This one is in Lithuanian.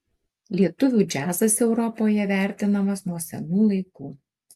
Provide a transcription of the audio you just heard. lietuvių džiazas europoje vertinamas nuo senų laikų